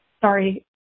sorry